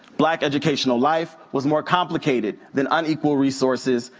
black educational life was more complicated than unequal resources,